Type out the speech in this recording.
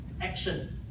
action